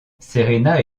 serena